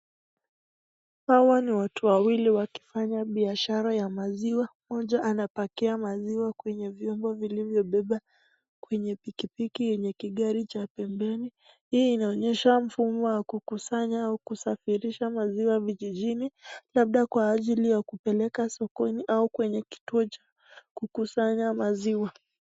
Hawa ni watu wawili wakifanya biashara ya maziwa. Moja anapakia maziwa kwenye vyombo vilivyobeba kwenye pikipiki yenye kigari cha pembeni. Hii inaonyesha mfumo wa kukusanya au kusafirisha maziwa vijijini labda kwa ajili ya kupeleka sokoni au kwenye kituo cha kukusanya maziwa.